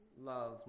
love